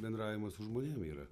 bendravimas su žmonėm yra